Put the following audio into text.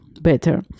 better